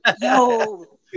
No